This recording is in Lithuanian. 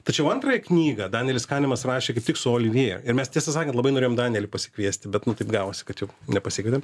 tačiau antrąją knygą danielis kanimas rašė kaip tik su olivjė ir mes tiesą sakant labai norėjom danielį pasikviesti bet nu taip gavosi kad jo nepasikvietėm